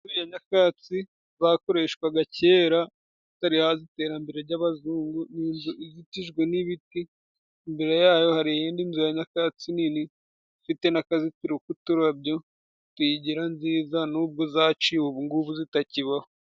Nyakatsi zakoreshwaga kera hatari haza iterambere ry'abazungu, izitijwe n'ibiti imbere yayo hari iy'indi nzu ya nyakatsi nini ifite n'akazitiro k'uturabyo tuyigira nziza nubwo zaciwe ubu ngubu zitakibaho.